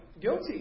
guilty